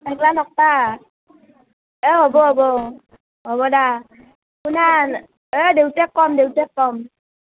সেগলা নকবা অঁ হ'ব হ'ব হ'ব হ'ব দা শুনা অঁ দেউতাক ক'ম দেউতাক ক'ম